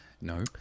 No